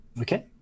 Okay